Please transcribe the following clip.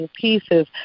pieces